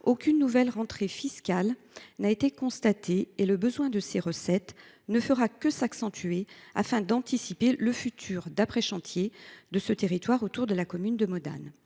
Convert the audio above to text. aucune nouvelle rentrée fiscale n’a été constatée, et le besoin de ces recettes ne fera que s’accentuer afin d’anticiper le futur d’après chantier du territoire situé autour de la commune de Modane.